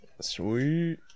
Sweet